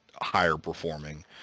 higher-performing